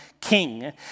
king